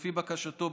לפי בקשתו,